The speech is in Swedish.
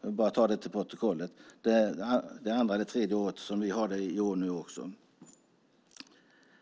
vill jag få fört till protokollet. Det är andra eller tredje året som vi gör detta i år.